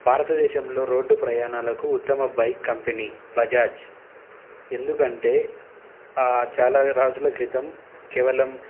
భారతదేశంలో రోడ్డు ప్రయాణాలకు ఉత్తమ బైక్ కంపెనీ బజాజ్ ఎందుకంటే ఆ చాలా రోజుల క్రితం కేవలం